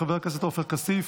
חבר הכנסת עופר כסיף,